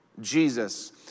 Jesus